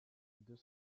deux